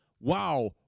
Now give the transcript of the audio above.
wow